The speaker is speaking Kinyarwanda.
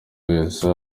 wese